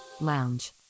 lounge